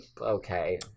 Okay